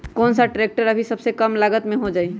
कौन सा ट्रैक्टर अभी सबसे कम लागत में हो जाइ?